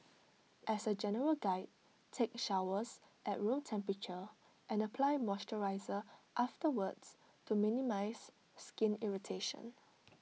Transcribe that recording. as A general guide take showers at room temperature and apply moisturiser afterwards to minimise skin irritation